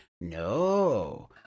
no